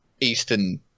Eastern